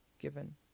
given